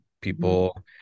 People